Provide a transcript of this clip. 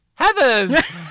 Heathers